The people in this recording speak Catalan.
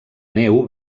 neu